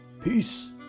Peace